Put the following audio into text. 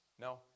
No